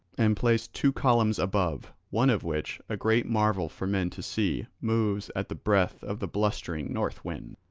and placed two columns above, one of which, a great marvel for men to see, moves at the breath of the blustering north wind.